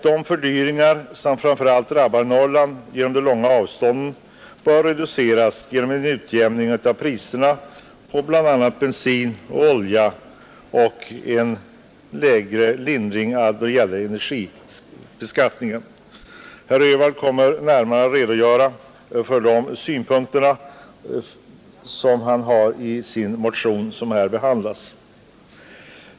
De fördyringar som framför allt drabbar Norrland till följd av de stora avstånden bör reduceras genom en utjämning av priserna på bl.a. bensin och olja samt genom en lindring då det gäller energibeskattningen. Herr Öhvall kommer att närmare redogöra för de synpunkter som därvidlag återfinnes i den i betänkandet behandlade motionen.